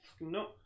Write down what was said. No